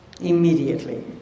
immediately